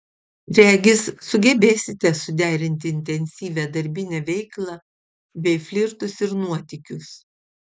regis sugebėsite suderinti intensyvią darbinę veiklą bei flirtus ir nuotykius